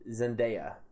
zendaya